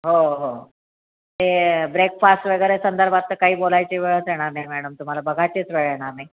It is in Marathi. हो हो ते ब्रेकफास्ट वगैरे संदर्भात तर काही बोलायची वेळच येणार नाही मॅडम तुम्हाला बघायचीच वेळ येणार नाही